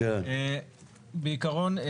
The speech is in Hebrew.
בעיקרון,